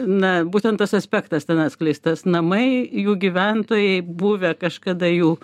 na būtent tas aspektas ten atskleistas namai jų gyventojai buvę kažkada jų